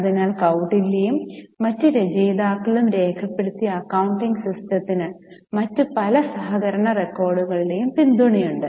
അതിനാൽ കൌടില്യയും മറ്റ് രചയിതാക്കളും രേഖപ്പെടുത്തിയ അക്കൌണ്ടിംഗ് സിസ്റ്റത്തിന് മറ്റ് പല സഹകരണ റെക്കോർഡുകളുടെയും പിന്തുണയുണ്ട്